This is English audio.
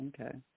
Okay